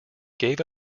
gave